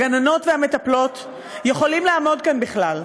הגננות והמטפלות יכולים לעמוד כאן בכלל.